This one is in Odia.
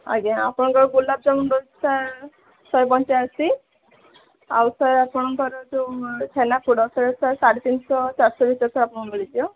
ଆଜ୍ଞା ଆପଣଙ୍କର ଗୋଲାବ ଯାମୁନ ସାର୍ ଶହେ ପଞ୍ଚାଅସି ଆଉ ସାର୍ ଆପଣଙ୍କର ଯେଉଁ ଛେନା ପୋଡ଼ ସେହିଟା ସାର୍ ସାଢ଼େ ତିନିଶ ଚାରିଶ ଭିତରେ ତ ଆପଣଙ୍କୁ ମିଳିଯିବ